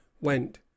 went